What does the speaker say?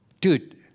Dude